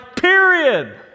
period